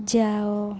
ଯାଅ